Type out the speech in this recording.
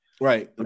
Right